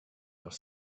off